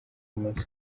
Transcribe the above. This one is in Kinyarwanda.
amazu